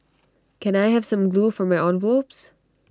can I have some glue for my envelopes